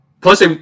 Plus